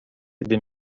gdy